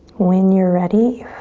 when you're ready,